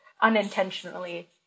unintentionally